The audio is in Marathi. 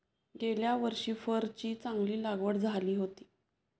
गेल्या वर्षी फरची चांगली लागवड झाली होती